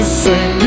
sing